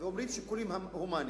ואומרים שיקולים הומניים.